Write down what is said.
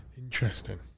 Interesting